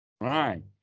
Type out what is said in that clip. Right